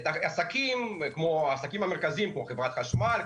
בעסקים המרכזיים כמו חברת חשמל,